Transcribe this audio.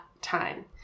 time